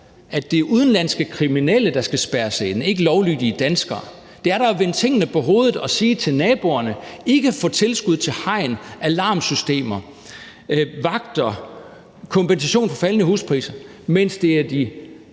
at det er udenlandske kriminelle, der skal spærres inde – det er ikke lovlydige danskere. Det er da at vende tingene på hovedet at sige til naboerne, at de kan få tilskud til hegn, alarmsystemer, vagter, kompensation for faldende huspriser, mens de